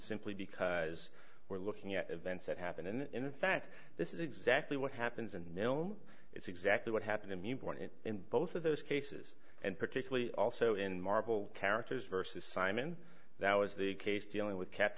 simply because we're looking at events that happened and in fact this is exactly what happens and neal it's exactly what happened in the born in in both of those cases and particularly also in marvel characters versus simon that was the case dealing with